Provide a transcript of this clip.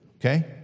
okay